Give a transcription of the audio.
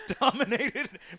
Dominated